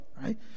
right